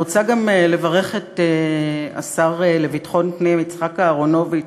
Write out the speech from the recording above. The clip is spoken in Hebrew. אני רוצה גם לברך את השר לביטחון פנים יצחק אהרונוביץ,